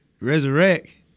Resurrect